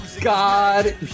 god